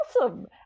Awesome